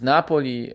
Napoli